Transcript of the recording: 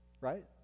right